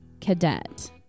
Cadet